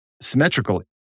symmetrical